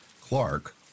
Clark